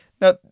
Now